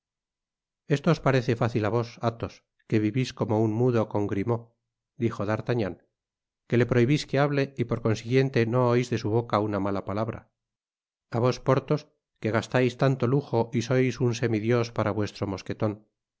os parece fácit á vos athos que vivis como un mudo con grimaud dijo d'artagnan que le prohibis que hable y por consiguiente no ois de su boca una mala palabra á vos porthos que gastais tanto lujo y sois un semidios para vuestro mosqueton